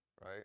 right